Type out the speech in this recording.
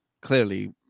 clearly